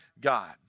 God